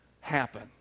happen